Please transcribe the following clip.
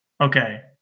Okay